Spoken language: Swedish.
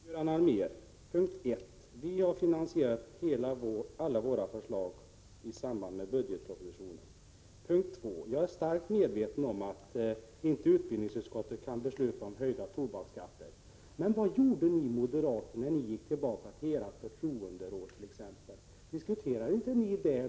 Herr talman! Göran Allmér! Punkt 1: Vi har finansierat alla våra förslag i samband med budgetpropositionen. Punkt 2: Jag är starkt medveten om att inte utbildningsutskottet kan besluta om höjda tobaksskatter. Men vad gjorde ni moderater, när ni gick tillbaka till ert förtroenderåd t.ex.?